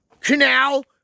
Canal